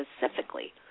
specifically